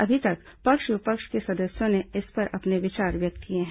अभी तक पक्ष विपक्ष के सदस्यों ने इस पर अपने विचार व्यक्त किए हैं